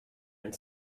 and